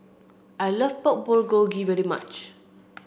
I like Pork Bulgogi very much